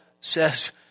says